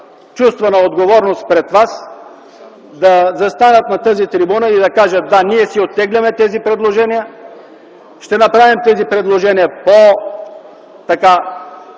чувство на отговорност пред вас, да застанат на тази трибуна и да кажат: да, ние си оттегляме тези предложения, ще направим тези предложения